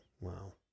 Wow